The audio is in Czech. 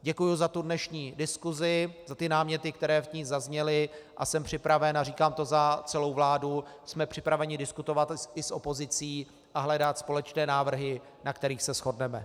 Děkuji za dnešní diskuzi, za ty náměty, které v ní zazněly a jsem připraven, a říkám to za celou vládu, jsme připraveni diskutovat i s opozicí a hledat společné návrhy, na kterých se shodneme.